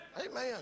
Amen